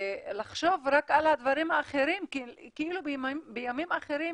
לחשוב רק על הדברים האחרים בימים אחרים,